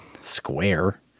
square